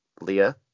Leah